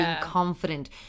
confident